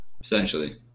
essentially